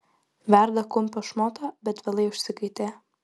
verda kumpio šmotą bet vėlai užsikaitė